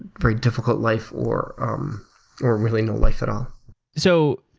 very difficult life, or um or really no life at all so